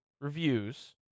reviews